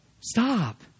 Stop